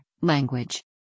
Language